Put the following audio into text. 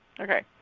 Okay